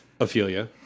Ophelia